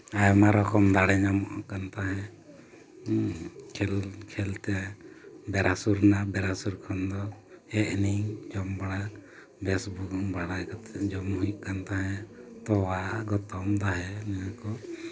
ᱟᱭᱢᱟ ᱨᱚᱠᱚᱢ ᱫᱟᱲᱮ ᱧᱟᱢᱚᱜ ᱠᱟᱱ ᱛᱟᱦᱮᱸᱫ ᱠᱷᱮᱞ ᱠᱷᱮᱞ ᱛᱮ ᱵᱮᱲᱟ ᱦᱟᱹᱥᱩᱨᱮᱱᱟ ᱵᱮᱲᱟ ᱦᱟᱹᱥᱩᱨ ᱠᱷᱚᱱ ᱫᱚ ᱦᱮᱡ ᱤᱱᱟᱹᱧ ᱡᱚᱢ ᱵᱟᱲᱟ ᱵᱮᱥ ᱵᱟᱲᱟ ᱠᱟᱛᱮᱫ ᱡᱚᱢ ᱦᱩᱭᱩᱜ ᱠᱟᱱ ᱛᱟᱦᱮᱫ ᱛᱚᱣᱟ ᱜᱚᱛᱚᱢ ᱫᱟᱦᱮ ᱱᱤᱭᱟᱹ ᱠᱚ